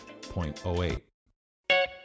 0.08